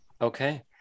Okay